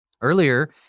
Earlier